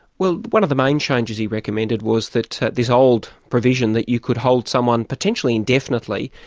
well, one of the main changes he recommended was that this old provision that you could hold someone, potentially indefinitely,